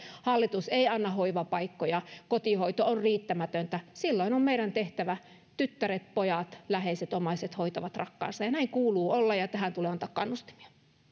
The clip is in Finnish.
hallitus ei anna hoivapaikkoja kotihoito on riittämätöntä silloin se on meidän tehtävä tyttäret pojat läheiset omaiset hoitavat rakkaansa ja ja näin kuuluu olla ja tähän tulee antaa kannustimia